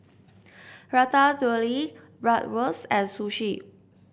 Ratatouille Bratwurst and Sushi